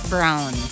Brown